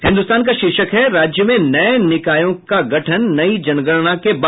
हिन्दुस्तान का शीर्षक है राज्य में नये निकायों का गठन नई जनगणना के बाद